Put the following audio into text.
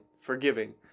forgiving